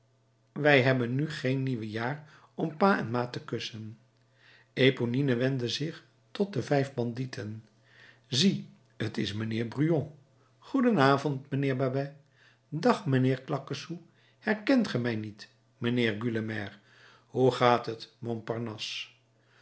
wij hebben nu geen nieuwe jaar om pa en ma te kussen eponine wendde zich tot de vijf bandieten zie t is mijnheer brujon goeden avond mijnheer babet dag mijnheer claquesous herkent ge mij niet mijnheer gueulemer hoe gaat het